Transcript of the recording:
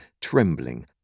trembling